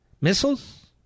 Missiles